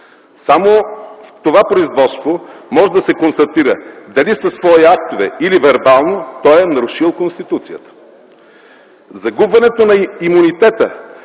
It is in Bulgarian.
Само в това производство може да се констатира дали със свои актове или вербално той е нарушил Конституцията. Загубването на имунитета